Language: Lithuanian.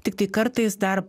tiktai kartais dar